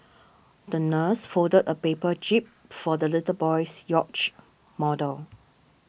the nurse folded a paper jib for the little boy's yacht model